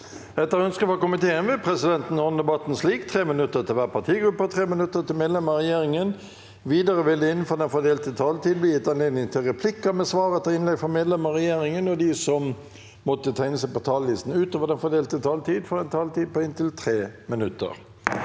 energi- og miljøkomiteen vil presidenten ordne debatten slik: 3 minutter til hver partigruppe og 3 minutter til medlemmer av regjeringen. Videre vil det – innenfor den fordelte taletid – bli gitt anledning til replikker med svar etter innlegg fra medlemmer av regjeringen, og de som måtte tegne seg på talerlisten utover den fordelte taletid, får en taletid på inntil 3 minutter.